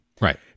Right